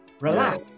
relax